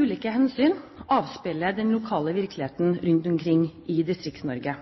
ulike hensyn avspeiler den lokale virkeligheten rundt omkring i